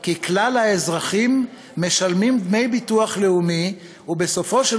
כי כלל האזרחים משלמים דמי ביטוח לאומי ובסופו של